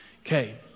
Okay